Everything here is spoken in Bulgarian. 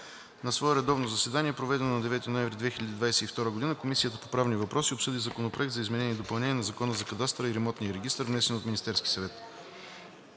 На свое редовно заседание, проведено на 9 ноември 2022 г., Комисията по правни въпроси обсъди Законопроект за изменение и допълнение на Закона за кадастъра и имотния регистър, № 48 202 01-22, внесен от Министерски съвет